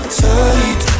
tight